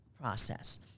process